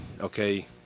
okay